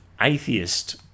atheist